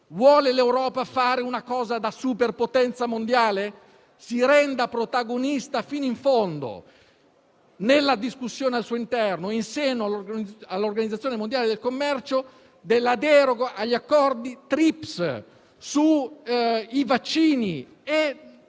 se l'Europa vuole fare una cosa da superpotenza mondiale, si renda protagonista fino in fondo nella discussione al suo interno e in seno all'Organizzazione mondiale del commercio della deroga agli accordi sugli aspetti